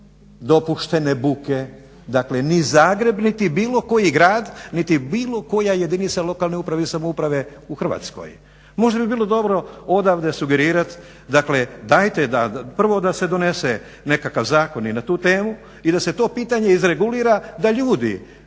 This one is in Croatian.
dopuštene buke, dakle ni Zagreb niti bilo koji grad niti bilo koja jedinica lokalne uprave i samouprave u Hrvatskoj. Možda bi bilo dobro odavde sugerirati dakle dajte prvo da se donese nekakav zakon i na tu temu i da se to pitanje izregulira da ljudi